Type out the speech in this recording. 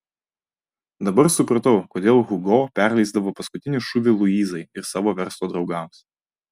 dabar supratau kodėl hugo perleisdavo paskutinį šūvį luizai ir savo verslo draugams